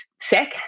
sick